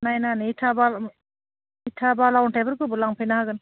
नायनानै थाबा इथा बाला अन्थाइफोरखौबो लांफैनो हागोन